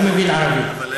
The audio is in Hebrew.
הוא מבין ערבית.